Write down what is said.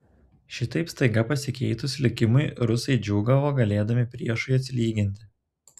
šitaip staiga pasikeitus likimui rusai džiūgavo galėdami priešui atsilyginti